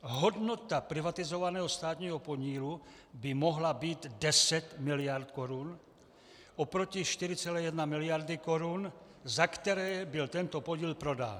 Hodnota privatizovaného státního podílu by mohla být 10 miliard korun proti 4,1 miliardy korun, za které byl tento podíl prodán.